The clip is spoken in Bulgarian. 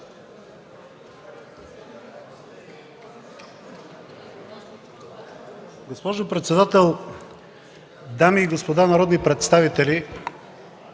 Госпожо председател, дами и господа народни представители!